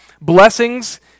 blessings—